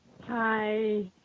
Hi